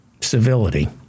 Civility